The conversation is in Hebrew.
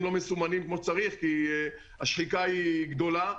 לא מסומנים כמו שצריך כי השחיקה היא גדולה.